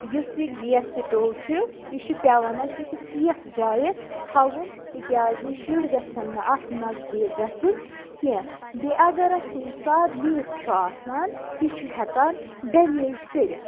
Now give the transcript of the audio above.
یُس یہِ گیس سِٹوٚو چھُ یہِ چھُ پیٚوان اسہِ أکِس سیف جایہِ تھاوُن تِکیٛازِ شُرۍ گَژھیٚن نہِ اتھ نزدیٖک گَژھنٕی کیٚنٛہہ بیٚیہِ اگر اتھ کُنہِ ساتہٕ لیٖک چھُ آسان یہِ چھُ ہیٚکان ڈمیج کٔرِتھ